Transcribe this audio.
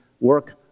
work